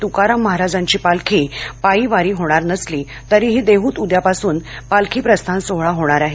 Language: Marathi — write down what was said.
तुकाराम महाराजांची पालखी पायी वारी होणार नसली तरीही देहुत उद्यापासून पालखी प्रस्थान सोहळा होणार आहे